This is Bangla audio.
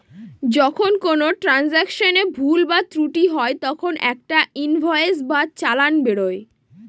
যখন কোনো ট্রান্সাকশনে ভুল বা ত্রুটি হয় তখন একটা ইনভয়েস বা চালান বেরোয়